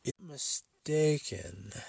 Mistaken